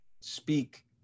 speak